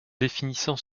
définissant